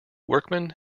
workman